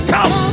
Come